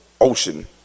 ocean